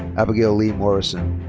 abigail lee morrison.